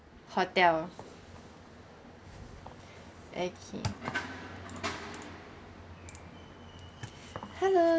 hotel okay hello